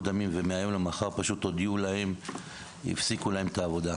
דמים ומהיום למחר הפסיקו להם את העבודה.